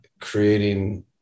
creating